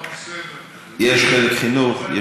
חלק, חינוך.